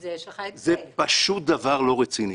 זה פשוט דבר לא רציני.